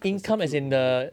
execute and